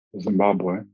Zimbabwe